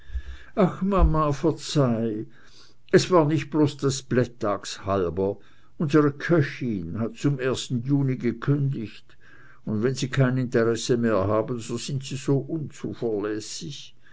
mama verzeih es war nicht bloß des plätttags halber unsere köchin hat zum juni gekündigt und wenn sie kein interesse mehr haben so sind sie so unzuverlässig